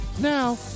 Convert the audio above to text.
Now